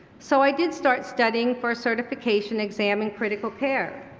so i did start studying for a certification exam in critical care.